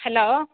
hello